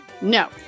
No